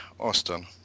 Austin